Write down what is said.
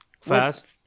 fast